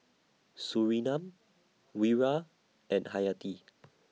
Surinam Wira and Hayati